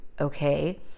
okay